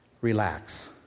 relax